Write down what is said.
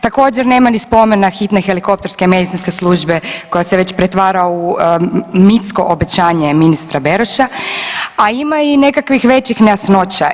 Također, nema ni spomena hitne helikopterske medicinske službe koja se već pretvara u micko obećanje ministra Beroša, a ima i nekakvih većih nejasnoća.